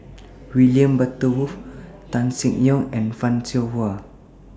William Butterworth Tan Seng Yong and fan Shao Hua